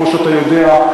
כמו שאתה יודע,